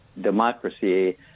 democracy